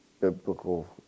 Biblical